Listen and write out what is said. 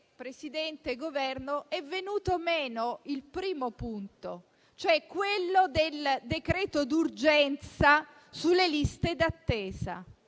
decreto, ma perché è venuto meno il primo punto, quello del decreto d'urgenza sulle liste d'attesa.